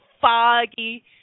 foggy